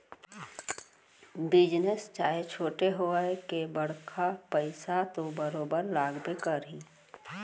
business चाहे छोटे होवय के बड़का पइसा तो बरोबर लगबे करही